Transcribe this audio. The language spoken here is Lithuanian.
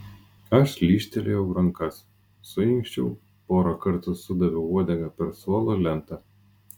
aš lyžtelėjau rankas suinkščiau porą kartų sudaviau uodega per suolo lentą